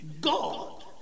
God